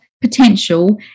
potential